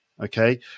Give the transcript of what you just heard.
okay